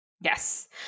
Yes